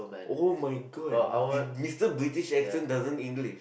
oh my god did Mister British accent doesn't English